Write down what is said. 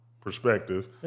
perspective